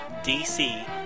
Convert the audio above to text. DC